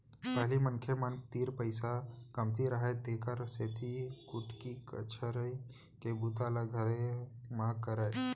पहिली मनखे मन तीर पइसा कमती रहय तेकर सेती कुटई छरई के बूता ल घरे म करयँ